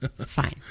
fine